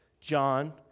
John